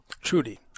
Trudy